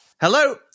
Hello